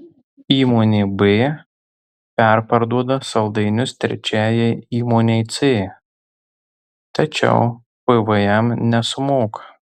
įmonė b perparduoda saldainius trečiajai įmonei c tačiau pvm nesumoka